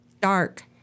dark